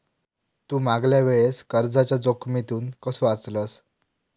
तू मागल्या वेळेस कर्जाच्या जोखमीतून कसो वाचलस